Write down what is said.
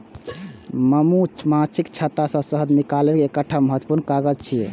मधुमाछीक छत्ता सं शहद निकालब एकटा महत्वपूर्ण काज छियै